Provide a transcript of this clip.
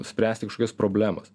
spręsti kažkokias problemas